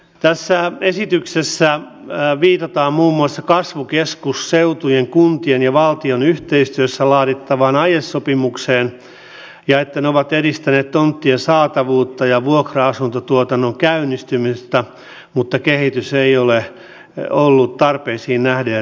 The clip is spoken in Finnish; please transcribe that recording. tässä esityksessä viitataan muun muassa kasvukeskusseutujen kuntien ja valtion yhteistyössä laadittaviin aiesopimuksiin ja siihen että ne ovat edistäneet tonttien saatavuutta ja vuokra asuntotuotannon käynnistymistä mutta kehitys ei ole ollut tarpeisiin nähden riittävää